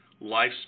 lifestyle